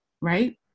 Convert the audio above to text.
right